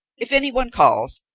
if anyone calls,